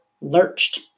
lurched